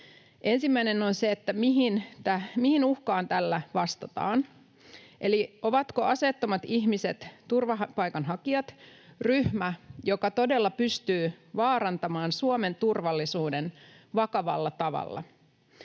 Ensimmäinen on se, mihin uhkaan tällä vastataan. Eli ovatko aseettomat ihmiset, turvapaikanhakijat, ryhmä, joka todella pystyy vaarantamaan Suomen turvallisuuden vakavalla tavalla?